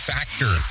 Factor